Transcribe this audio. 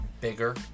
bigger